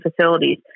facilities